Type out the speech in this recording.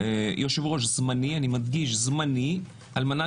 יושב-ראש זמני אני מדגיש: זמני על מנת